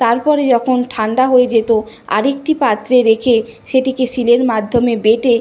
তার পরে যখন ঠান্ডা হয়ে যেত আর একটি পাত্রে রেখে সেটিকে শিলের মাধ্যমে বেটে